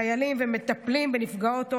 חיילים ומטפלים בנפגעות אונס,